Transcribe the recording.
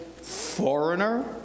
foreigner